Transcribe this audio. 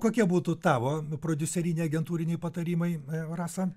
kokie būtų tavo prodiuseriniai agentūriniai patarimai a rasa